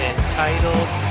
Entitled